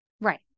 Right